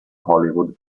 hollywood